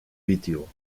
video